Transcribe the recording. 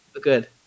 Good